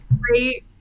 great